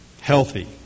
Healthy